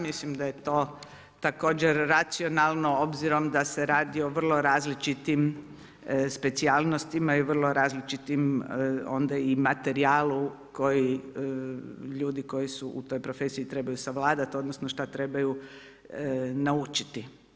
Mislim da je to također racionalno obzirom da se radi o vrlo različitim specijalnostima i vrlo različitim onda i materijalu ljudi koji su u toj profesiji trebaju savladati odnosno šta trebaju naučiti.